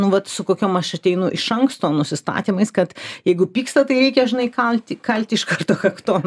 nu vat su kokiom aš ateinu iš anksto nusistatymais kad jeigu pyksta tai reikia žinai kalti kalti iš karto kakton